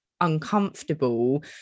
uncomfortable